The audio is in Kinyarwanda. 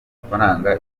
amafaranga